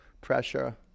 pressure